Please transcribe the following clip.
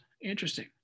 Interesting